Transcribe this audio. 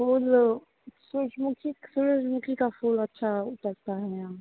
फूलों सूरजमुखी सूरजमुखी का फूल अच्छा उपजता है यहाँ